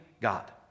God